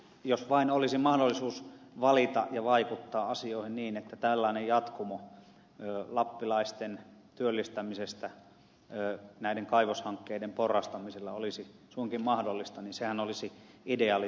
jos vain olisi mahdollisuus valita ja vaikuttaa asioihin niin että tällainen jatkumo lappilaisten työllistämisestä näiden kaivoshankkeiden porrastamisella olisi suinkin mahdollista niin sehän olisi ideaalitilanne